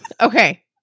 Okay